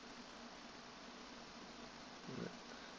mm